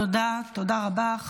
תודה רבה.